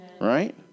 right